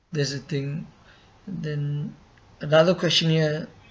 that's the thing and then another question here